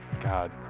God